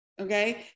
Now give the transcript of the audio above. Okay